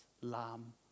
Lamb